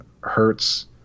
hurts